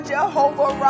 Jehovah